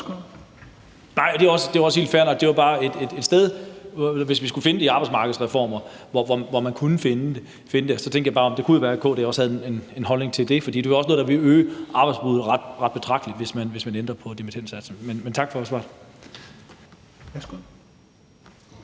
Nej, det er også helt fair. Det var bare et sted, hvor man kunne finde det, hvis vi skulle finde finansieringen i nogle arbejdsmarkedsreformer. Og så tænkte jeg bare, at det jo kunne være, at KD også havde en holdning til det, for det er jo også noget, der vil øge arbejdsudbuddet ret betragteligt, hvis man ændrer på dimittendsatsen. Men tak for svaret.